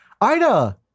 Ida